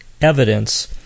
evidence